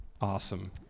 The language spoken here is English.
Awesome